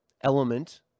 element